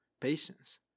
patience